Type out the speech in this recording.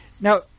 Now